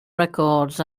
records